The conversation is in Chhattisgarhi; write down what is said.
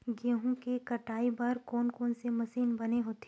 गेहूं के कटाई बर कोन कोन से मशीन बने होथे?